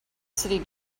city